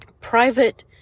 private